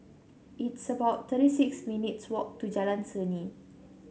it's about thirty six minutes' walk to Jalan Seni